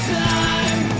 time